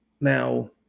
Now